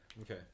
Okay